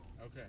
Okay